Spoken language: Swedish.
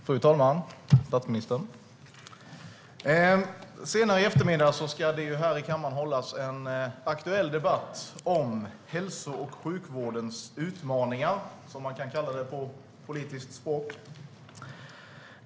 Fru talman! Statsministern! Senare i eftermiddag ska det här i kammaren hållas en aktuell debatt om hälso och sjukvårdens utmaningar, som man kan kalla det på politiskt språk.